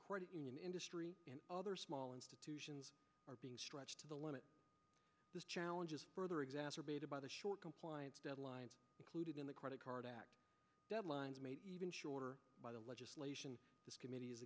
credit union industry and other small institutions are being stretched to the limit the challenge is further exacerbated by the short compliance deadlines included in the credit card act deadlines made even shorter by the legislation this committee